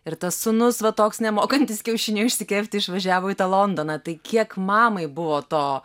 ir tas sūnus va toks nemokantis kiaušinio išsikepti išvažiavo į tą londoną tai kiek mamai buvo to